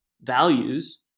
values